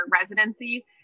residency